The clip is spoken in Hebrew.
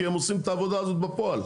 כי הם עושים את העבודה הזאת בפועל.